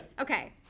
Okay